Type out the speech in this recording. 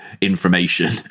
Information